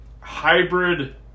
hybrid